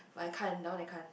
but I can't you know like can't